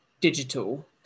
digital